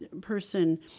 person